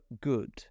good